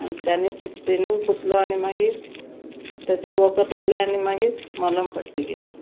आनी ताणी तेणीन पुसलो आनी मागीर ताचेर वखद लायलें आनी मागीर मलम पट्टी केली